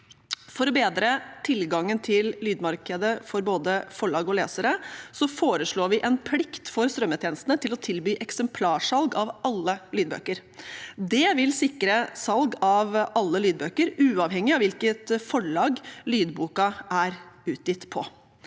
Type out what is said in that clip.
For å bedre tilgangen til lydmarkedet for både forlag og lesere foreslår vi en plikt for strømmetjenestene til å tilby eksemplarsalg av alle lydbøker. Det vil sikre salg av alle lydbøker, uavhengig av hvilket forlag lydboken er utgitt på.